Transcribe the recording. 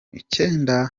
icyenda